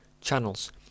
channels